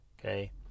Okay